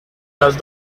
las